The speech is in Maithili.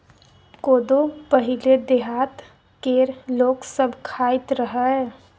कोदो पहिले देहात केर लोक सब खाइत रहय